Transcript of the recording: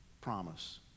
promise